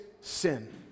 sin